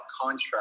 contract